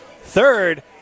Third